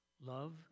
love